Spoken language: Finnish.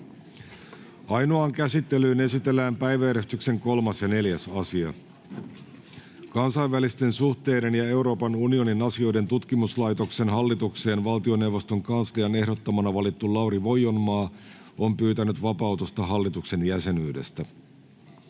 Ainoaan käsittelyyn esitellään päiväjärjestyksen 3. asia. Kansainvälisten suhteiden ja Euroopan unionin asioiden tutkimuslaitoksen hallitukseen valtioneuvoston kanslian ehdottamana valittu Lauri Voionmaa on pyytänyt vapautusta hallituksen jäsenyydestä.